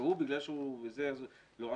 והוא בגלל שהוא בבידוד לא?